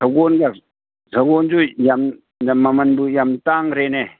ꯁꯒꯣꯜꯁꯨ ꯌꯥꯝ ꯃꯃꯜꯕꯨ ꯌꯥꯝ ꯇꯥꯡꯈ꯭ꯔꯦꯅꯦ